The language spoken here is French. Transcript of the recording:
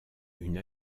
une